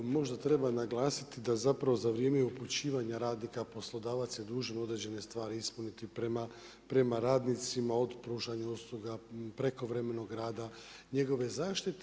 Možda treba naglasiti da zapravo za vrijeme upućivanja radnika, poslodavac je dužan određene stvari ispuniti prema radnicima od pružanja usluga, prekovremenog rada, njegove zaštite.